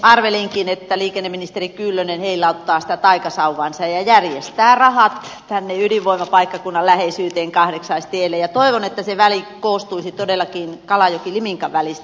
arvelinkin että liikenneministeri kyllönen heilauttaa sitä taikasauvaansa ja järjestää rahat tänne ydinvoimapaikkakunnan läheisyyteen kahdeksaistielle ja toivon että se väli koostuisi todellakin kalajokiliminka välistä